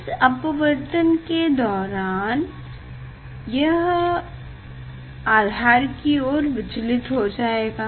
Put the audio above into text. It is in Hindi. इस अपवर्तन के दौरान यह आधार कि ओर विचलित हो जाएगा